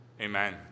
Amen